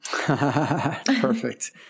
Perfect